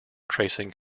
tracing